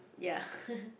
ya